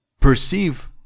perceive